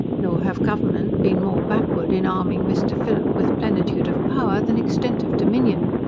nor have government been more backward in arming mr. phillip with plenitude of power, than extent of dominion.